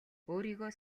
өөрийгөө